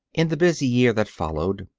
in the busy year that followed,